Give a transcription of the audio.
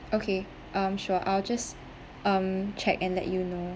okay um sure I'll just um check and let you know